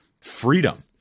freedom